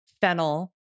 Fennel